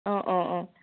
অঁ অঁ অঁ